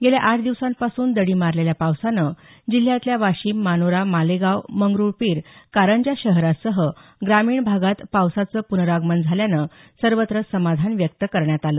गेल्या आठ दिवसांपासून दडी मारलेल्या पावसानं जिल्ह्यातल्या वाशिम मानोरा मालेगाव मंगरूळपीर कारंजा शहरासह ग्रामीण भागात पावसाचं पुनरागमन झाल्यानं सर्वत्र समाधान व्यक्त करण्यात आलं